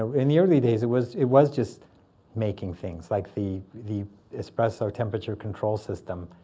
ah in the early days, it was it was just making things, like the the espresso temperature control system.